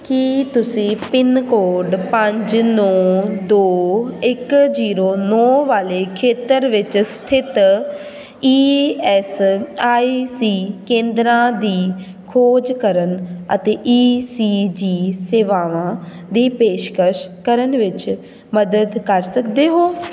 ਕੀ ਤੁਸੀਂ pin code ਪੰਜ ਨੌਂ ਦੋ ਇੱਕ ਜ਼ੀਰੋ ਨੌਂ ਵਾਲੇ ਖੇਤਰ ਵਿੱਚ ਸਥਿਤ ਈ ਐਸ ਆਈ ਸੀ ਕੇਂਦਰਾਂ ਦੀ ਖੋਜ ਕਰਨ ਅਤੇ ਈ ਸੀ ਜੀ ਸੇਵਾਵਾਂ ਦੀ ਪੇਸ਼ਕਸ਼ ਕਰਨ ਵਿੱਚ ਮਦਦ ਕਰ ਸਕਦੇ ਹੋ